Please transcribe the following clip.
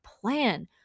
plan